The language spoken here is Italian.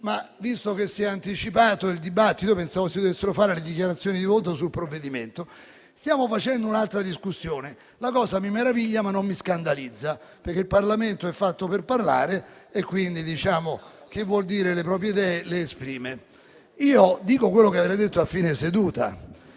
però che si è anticipato il dibattito. Pensavo si dovessero fare le dichiarazioni di voto sul provvedimento, ma stiamo facendo un'altra discussione; la cosa mi meraviglia, ma non mi scandalizza, perché il Parlamento è fatto per parlare e quindi chi vuol dire le proprie idee le esprime. Dico quello che avrei detto a fine seduta.